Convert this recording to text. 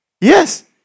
Yes